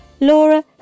Laura